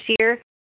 year